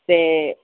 ते